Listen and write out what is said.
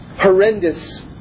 horrendous